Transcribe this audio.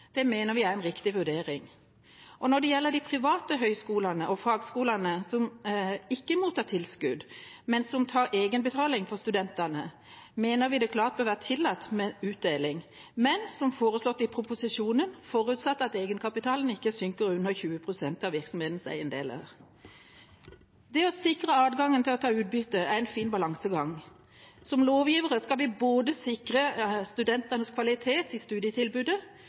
Det mener vi er en riktig vurdering. Når det gjelder de private høyskolene og fagskolene som ikke mottar tilskudd, men som tar egenbetaling fra studentene, mener vi det klart bør være tillatt med utdeling, men – som foreslått i proposisjonen – forutsatt at egenkapitalen ikke synker under 20 pst. av virksomhetens eiendeler. Det å sikre adgangen til å ta ut utbytte er en fin balansegang. Som lovgivere skal vi både sikre studentene kvalitet i studietilbudet,